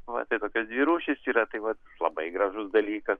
va tai tokios dvi rūšys yra tai vat labai gražus dalykas